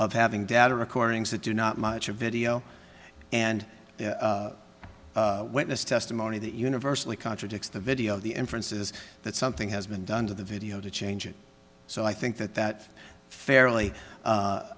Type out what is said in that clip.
of having data recordings that do not much of video and witness testimony that universally contradicts the video the inference is that something has been done to the video to change it so i think that that fairly